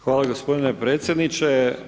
Hvala gospodine predsjedniče.